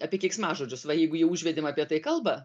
apie keiksmažodžius va jeigu jau užvedėm apie tai kalbą